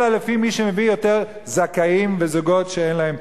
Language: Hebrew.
אלא לפי מי שמביא יותר זכאים וזוגות שאין להם.